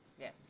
Yes